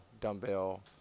dumbbell